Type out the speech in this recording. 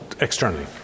externally